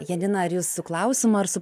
janina ar jūs su klausimu ar su